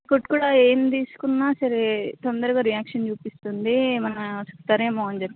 food కూడా ఏం తీసుకున్నా సరే తొందరగా రియాక్షన్ చూపిస్తుంది ఏమైనా ఇస్తారేమో అని చెప్పి